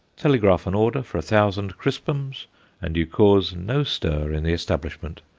telegraph an order for a thousand crispums and you cause no stir in the establishment.